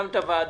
גם את הוועדה